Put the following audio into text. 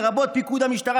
לרבות פיקוד המשטרה,